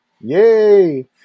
Yay